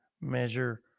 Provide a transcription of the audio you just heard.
measure